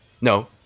No